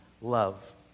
love